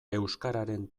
euskararen